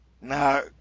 Now